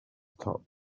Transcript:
top